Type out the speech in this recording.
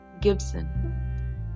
Gibson